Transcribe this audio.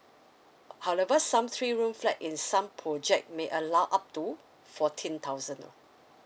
however some three room flat in some project may allow up to fourteen thousand oh